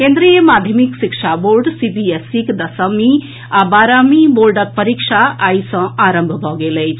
केंद्रीय माध्यमिक शिक्षा बोर्ड सीबीएसईक दसमी आ बाहरमीक बोर्ड परीक्षा आइ सँ आरंभ भऽ गेल अछि